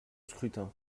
scrutin